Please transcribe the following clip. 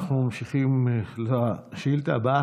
אנחנו ממשיכים לשאילתה הבאה,